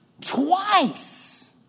twice